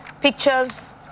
pictures